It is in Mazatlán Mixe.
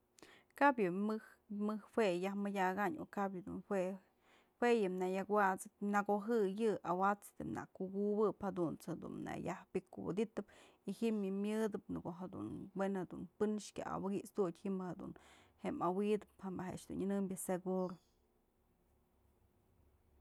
Kabyë yë mëj, më jue yaj mëdyakanyë o kap yë dun jue, jue yë nëyëk awa'atsap nëkojëy yë, awa'ats na kukubëpjadunt's jedun nayaj pyk kuwëdytëp y ji'im yë myëdë, në ko'o jedun, we'en jedun pën kya awëkyt'studyë ji'im jedun awydëp je'e mëjk a'ax dun nyënëmbyë seguro.